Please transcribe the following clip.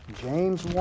James